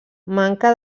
manca